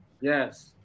Yes